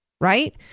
Right